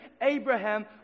Abraham